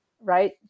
right